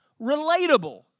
relatable